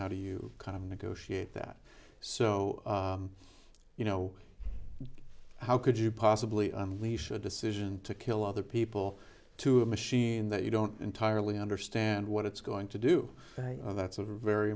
how do you kind of negotiate that so you know how could you possibly unleash a decision to kill other people to a machine that you don't entirely understand what it's going to do that's a very